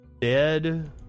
dead